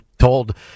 told